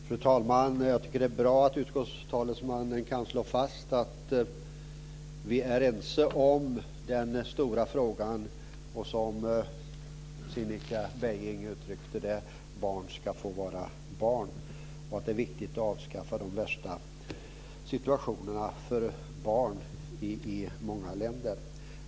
Fru talman! Jag tycker att det är bra utskottets talesman kan slå fast att vi är ense om den stora frågan om att, som Cinnika Beiming uttryckte det, barn ska få vara barn och att det är viktigt att avskaffa de värsta situationerna för barn i många länder.